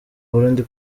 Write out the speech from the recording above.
burundi